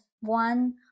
one